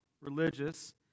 religious